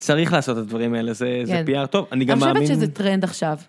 צריך לעשות את הדברים האלה, זה PR טוב, אני גם מאמין. אני חושבת שזה טרנד עכשיו.